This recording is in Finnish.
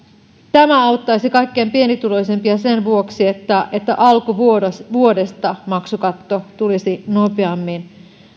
tämä auttaisi kaikkein pienituloisimpia sen vuoksi että että alkuvuodesta maksukatto tulisi nopeammin